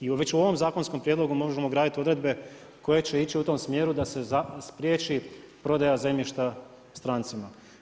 I u već ovom zakonskom prijedlogu možemo ugraditi odredbe koje će ići u tom smjeru da se spriječi prodaja zemljišta strancima.